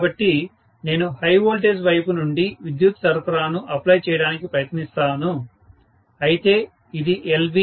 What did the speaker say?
కాబట్టి నేను high voltage వైపు నుండి విద్యుత్ సరఫరాను అప్లై చేయడానికి ప్రయత్నిస్తాను అయితే ఇది LV